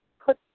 put